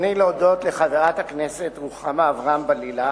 ברצוני להודות לחברת הכנסת רוחמה אברהם-בלילא